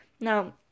Now